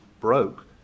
broke